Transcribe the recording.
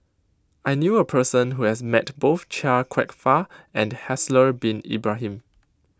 I knew a person who has met both Chia Kwek Fah and Haslir Bin Ibrahim